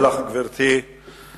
אני מודה לך, גברתי היושבת-ראש.